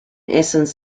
essence